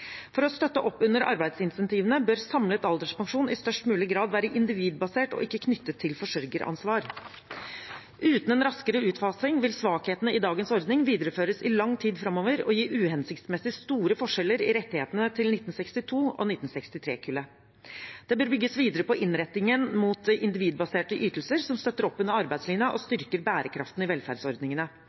For å støtte opp under arbeidsincentivene bør samlet alderspensjon i størst mulig grad være individbasert, og ikke knyttet til forsørgeransvar. Uten en raskere utfasing vil svakhetene i dagens ordning videreføres i lang tid framover og gi uhensiktsmessig store forskjeller i rettighetene til 1962- og 1963-kullet. Det bør bygges videre på innrettingen mot individbaserte ytelser som støtter opp under arbeidslivet og styrker bærekraften i velferdsordningene.